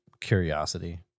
curiosity